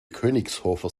königshofer